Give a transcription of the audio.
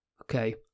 okay